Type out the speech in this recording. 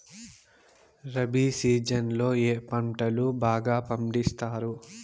rabi season లో ఏ పంటలు బాగా పండిస్తారు